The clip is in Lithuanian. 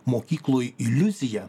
mokykloj iliuziją